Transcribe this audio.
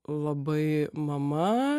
labai mama